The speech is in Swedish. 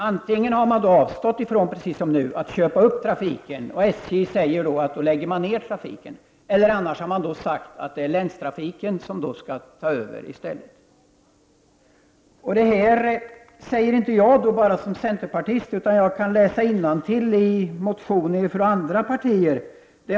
Antingen har man avstått ifrån, precis som nu, att köpa upp trafik och SJ säger att man då lägger ner trafiken, eller också har man sagt att det är länstrafiken som skall ta över i stället. Detta säger jag inte enbart som centerpartist, utan jag kan läsa innantill i motioner från andra partier.